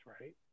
right